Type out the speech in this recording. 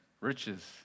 riches